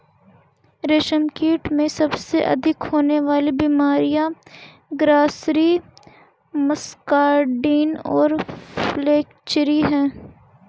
रेशमकीट में सबसे अधिक होने वाली बीमारियां ग्रासरी, मस्कार्डिन और फ्लैचेरी हैं